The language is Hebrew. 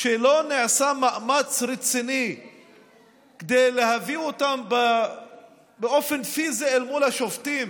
שלא נעשה מאמץ רציני להביא אותם באופן פיזי אל מול השופטים?